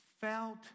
felt